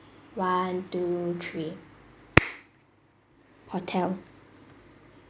one two three hotel